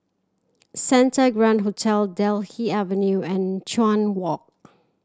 Santa Grand Hotel Delta Avenue and Chuan Walk